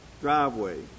driveway